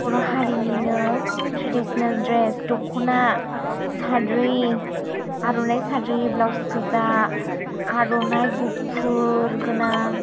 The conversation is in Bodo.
बर' हारिनिनो थ्रेदिसोनेल द्रेस दख'ना साद्रि आर'नाय साद्रि ब्लाउस गोजा आर'नाय गुफुर गोनां